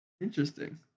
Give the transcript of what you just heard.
Interesting